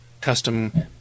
custom